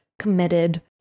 committed